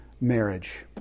marriage